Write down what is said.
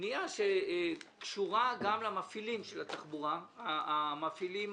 בפנייה שקשורה למפעילים של התחבורה, למפעילים